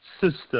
system